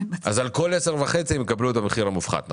אז כל 10.5 הם יקבלו את המחיר המופחת.